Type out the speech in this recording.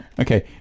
Okay